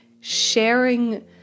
sharing